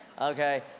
okay